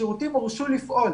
השירותים הורשו לפעול